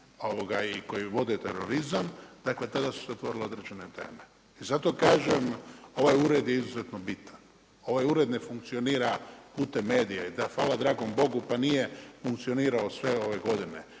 i koji vode terorizam. Dakle, tada su se otvorile određene teme. I zato kažem ovaj ured je izuzetno bitan. Ovaj ured ne funkcionira putem medija i hvala dragom Bogu pa nije funkcionirao sve ove godine,